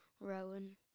Rowan